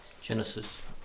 Genesis